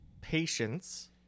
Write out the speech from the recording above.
patience